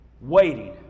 waiting